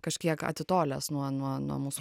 kažkiek atitolęs nuo nuo nuo mūsų